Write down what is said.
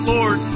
Lord